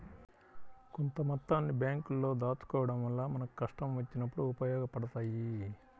కొంత మొత్తాన్ని బ్యేంకుల్లో దాచుకోడం వల్ల మనకు కష్టం వచ్చినప్పుడు ఉపయోగపడతయ్యి